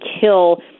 kill